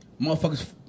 motherfuckers